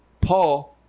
Paul